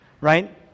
right